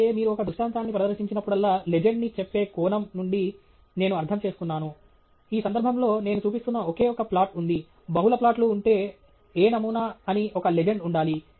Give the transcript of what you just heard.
అలాగే మీరు ఒక దృష్టాంతాన్ని ప్రదర్శించినప్పుడల్లా లెజెండ్ ని చెప్పే కోణం నుండి నేను అర్థం చేసుకున్నాను ఈ సందర్భంలో నేను చూపిస్తున్న ఒకే ఒక ప్లాట్ ఉంది బహుళ ప్లాట్లు ఉంటే ఏ నమూనా అని ఒక లెజెండ్ ఉండాలి